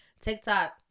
TikTok